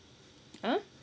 !huh!